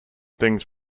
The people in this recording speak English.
thing